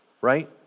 right